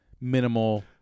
minimal